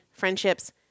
friendships